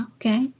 Okay